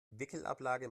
wickelablage